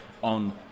on